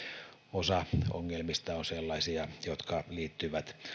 osa ongelmista on sellaisia jotka liittyvät